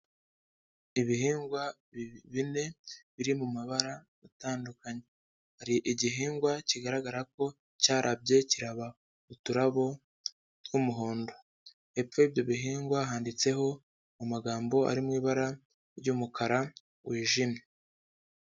Ibihingwa bine, biri mu mabara atandukanye, hari igihingwa kigaragara ko cyarabye, kiraba uturabo tw'umuhondo, hepfo y'ibyo bihingwa handitseho amagambo ari mu ibara ry'umukara wijimye.